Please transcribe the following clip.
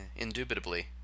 Indubitably